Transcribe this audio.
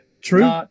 True